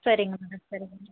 சரிங்க மேடம் சரிங்க மேடம்